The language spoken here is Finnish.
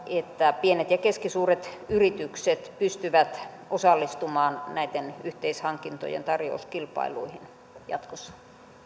että pienet ja keskisuuret yritykset pystyvät osallistumaan näiden yhteishankintojen tarjouskilpailuihin jatkossa